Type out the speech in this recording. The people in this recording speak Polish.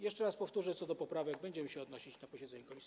Jeszcze raz powtórzę: Do poprawek będziemy się odnosić na posiedzeniu komisji.